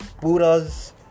Buddhas